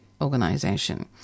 Organization